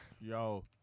Yo